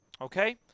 Okay